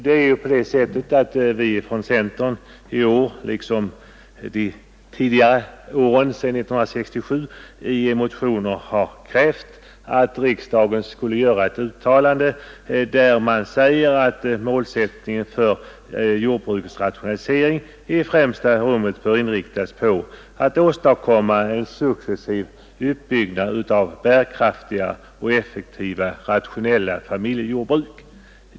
Det är ju på det sättet att centern i år liksom tidigare år sedan 1967 i motioner krävt att riksdagen skulle göra ett uttalande där man säger att målsättningen för jordbrukets rationalisering i främsta rummet bör inriktas på att åstadkomma en successiv utbyggnad av bärkraftiga och effektiva, rationella familjejordbruk.